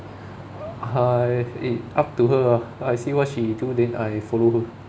I err up to her lor I see what she do then I follow her